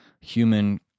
human